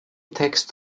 text